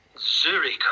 Zurich